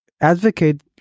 Advocate